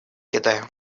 китая